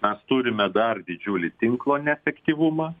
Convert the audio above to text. mes turime dar didžiulį tinklo neefektyvumą